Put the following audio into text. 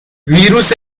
ویروس